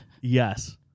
Yes